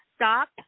Stop